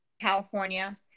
California